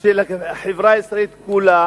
של החברה הישראלית כולה